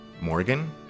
Morgan